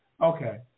Okay